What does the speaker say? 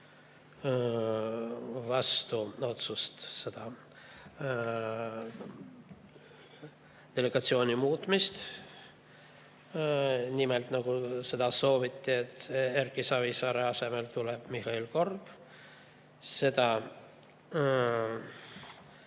vastu otsuse seda delegatsiooni muuta nii, nagu seda sooviti, et Erki Savisaare asemele tuleb Mihhail Korb. See